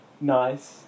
nice